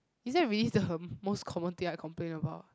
is that really the most common thing I complain about